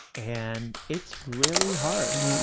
and it's really hard.